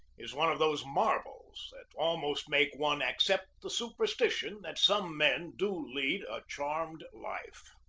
is one of those marvels that almost make one accept the superstition that some men do lead a charmed life.